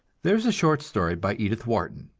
there is a short story by edith wharton,